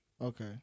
Okay